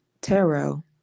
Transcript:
tarot